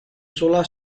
solar